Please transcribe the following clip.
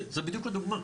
זה בדיוק הדוגמה.